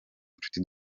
nshuti